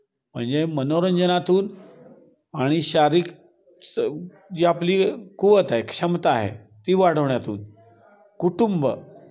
म्हणजे मनोरंजनातून आणि शारीरिक जी आपली कुवत आहे क्षमता आहे ती वाढवण्यातून कुटुंब